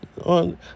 on